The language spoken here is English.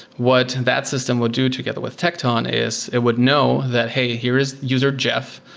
what that system would do together with tecton is it would know that, hey, here is user jeff.